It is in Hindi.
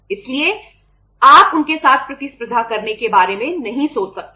इसलिए आप उनके साथ प्रतिस्पर्धा करने के बारे में नहीं सोच सकते